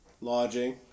lodging